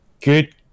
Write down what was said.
Good